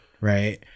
Right